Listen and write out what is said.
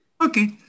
Okay